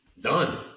Done